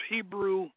Hebrew